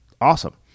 awesome